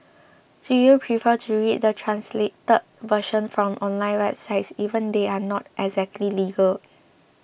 do you prefer to read the translated version from online websites even if they are not exactly legal